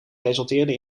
resulteerde